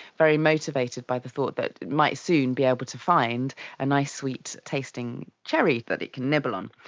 very motivated by the thought that it might soon be able to find a nice sweet tasting cherry that it can nibble on.